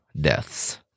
deaths